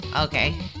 Okay